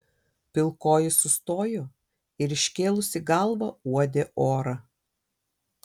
pilkoji sustojo ir iškėlusi galvą uodė orą